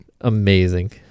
amazing